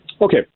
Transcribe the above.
Okay